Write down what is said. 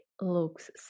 looks